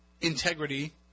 integrity